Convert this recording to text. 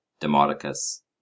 Demodocus